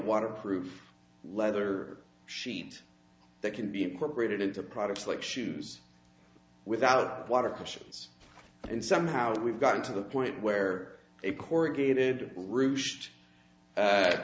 waterproof leather sheet that can be incorporated into products like shoes without water cushions and somehow we've gotten to the point where it corrugated ro